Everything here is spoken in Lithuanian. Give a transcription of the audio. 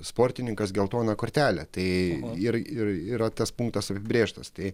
sportininkas geltoną kortelę tai ir yra yra tas punktas apibrėžtas tai